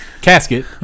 casket